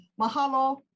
Mahalo